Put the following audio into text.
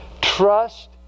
Trust